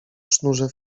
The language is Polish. sznurze